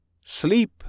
Sleep